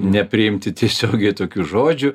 nepriimti tiesiogiai tokių žodžių